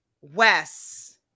Wes